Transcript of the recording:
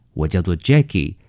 我叫做Jackie